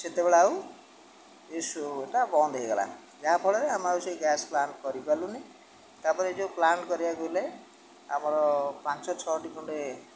ସେତେବେଳେ ଆଉ ଇସୋଟା ବନ୍ଦ ହେଇଗଲା ଯାହାଫଳରେ ଆମେ ଆଉ ସେଇ ଗ୍ୟାସ୍ ପ୍ଲାଣ୍ଟ୍ କରିପାରୁନି ତା'ପରେ ଯେଉଁ ପ୍ଳାଣ୍ଟ୍ କରିବାକୁ ହେଲେ ଆମର ପାଞ୍ଚ ଛଅଟି ଖଣ୍ଡେ